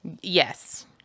Yes